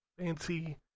fancy